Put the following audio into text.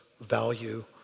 value